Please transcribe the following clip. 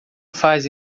faz